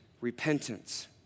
repentance